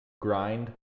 grind